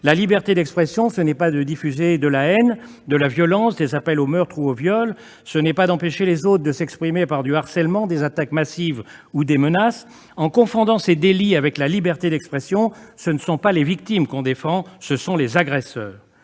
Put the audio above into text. La liberté d'expression ne consiste pas à diffuser de la haine, des contenus violents, des appels au meurtre ou au viol ; elle ne consiste pas à empêcher les autres de s'exprimer par du harcèlement, des attaques massives ou des menaces. En confondant ces délits avec la liberté d'expression, ce sont, non pas les victimes, mais les agresseurs